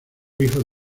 hijo